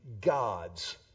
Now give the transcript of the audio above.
gods